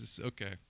okay